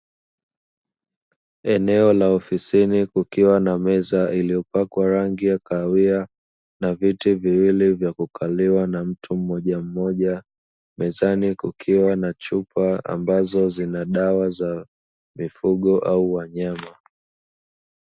Eneo la ofisini kukiwa na meza iliyopakwa rangi ya kahawia, na viti viwili vya kukaliwa na mtu mmoja mmoja. Mezani kukiwa na chupa ambazo zina dawa za mifugo au wanyama.